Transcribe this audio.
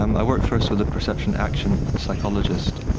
um i worked first with a perception action psychologist,